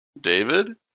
David